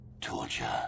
Torture